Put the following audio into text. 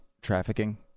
trafficking